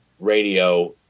Radio